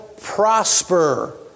prosper